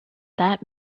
that